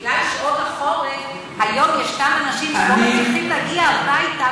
שבגלל שעון החורף היום יש אנשים שלא מצליחים להגיע הביתה,